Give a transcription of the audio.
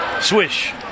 Swish